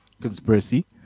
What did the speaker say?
conspiracy